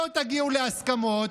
לא תגיעו להסכמות,